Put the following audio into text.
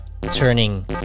turning